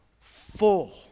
full